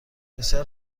بسیار